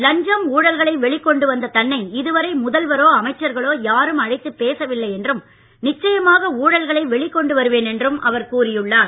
லஞ்சம் ஊழல்களை வெளி கொண்டு வந்த தன்னை இது வரை முதல்வரோ அமைச்சர்களோ யாரும் அழைத்து பேசவில்லை என்றும் நிச்சயமாக ஊழல்களை வெளி கொண்டு வருவேன் என்றும் அவர் கூறியுள்ளார்